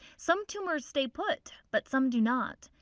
some tumors stay put but some do not.